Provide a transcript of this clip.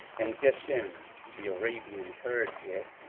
and geshem the arabian, heard it,